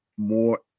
More